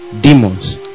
demons